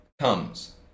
comes